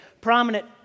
prominent